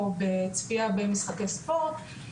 או בצפייה במשחקי ספורט.